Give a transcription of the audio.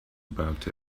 about